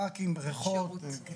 כן, פארקים, בריכות.